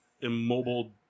Immobile